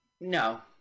No